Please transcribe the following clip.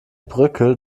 brücke